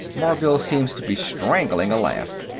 morvill seemed to be strangling a laugh.